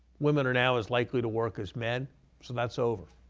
women are now as likely to work as men, so that's over.